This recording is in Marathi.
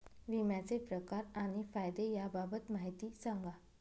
विम्याचे प्रकार आणि फायदे याबाबत माहिती सांगा